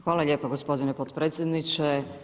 Hvala lijepa gospodine potpredsjedniče.